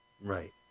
Right